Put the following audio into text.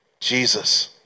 Jesus